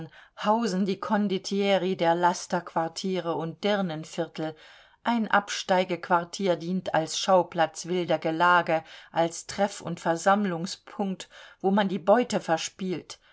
hausen die kondottieri der lasterquartiere und dirnenviertel ein absteigequartier dient als schauplatz wilder gelage als treff und versammlungspunkt wo man die beute verspielt